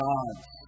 God's